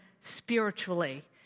spiritually